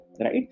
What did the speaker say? Right